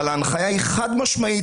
ההנחיה היא חד-משמעית,